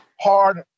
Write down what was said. hard